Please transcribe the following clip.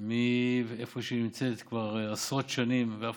מאיפה שהיא נמצאת כבר עשרות שנים ואף